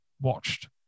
watched